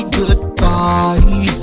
goodbye